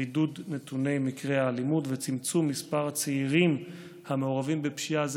רידוד נתוני מקרי האלימות וצמצום מספר הצעירים המעורבים בפשיעה.